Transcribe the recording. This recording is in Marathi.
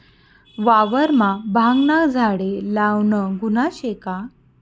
वावरमा भांगना झाडे लावनं गुन्हा शे का?